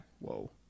whoa